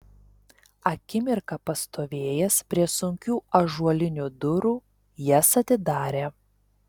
akimirką pastovėjęs prie sunkių ąžuolinių durų jas atidarė